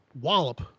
wallop